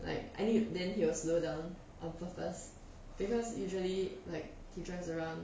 like I knew then he will slowdown on purpose because usually like he drives around